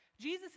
Jesus